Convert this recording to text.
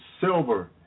silver